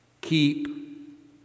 Keep